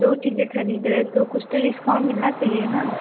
दो चीज़ें खरीद रहे तो कुछ तो डिस्काउंट मिलना चाहिए ना